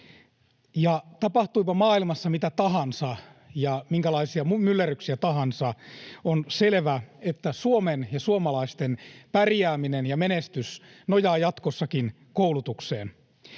tapahtuipa maailmassa mitä tahansa ja minkälaisia myllerryksiä tahansa, on selvä, että Suomen ja suomalaisten pärjääminen ja menestys nojaa jatkossakin koulutukseen.